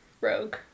rogue